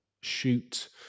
shoot